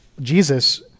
Jesus